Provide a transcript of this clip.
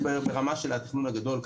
ברמה של התכנון הגדול,